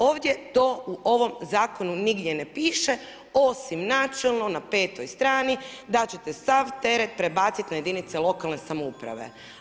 Ovdje to u ovom zakonu nigdje ne piše, osim načelno na 5 str. da ćete sav teret prebaciti na jedinice lokalne samouprave.